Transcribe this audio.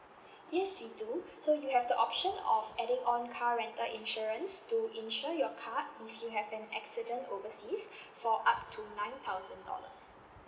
yes we do so you have the option of adding on car rental insurance to insure your car if you have an accident overseas for up to nine thousand dollars